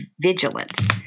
vigilance